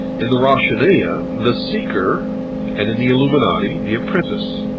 in the roshaniya, the seeker and in the illuminati, the apprentice.